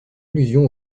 allusion